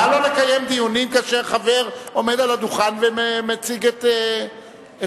נא לא לקיים דיונים כאשר חבר עומד על הדוכן ומציג את הצעותיו.